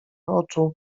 oczu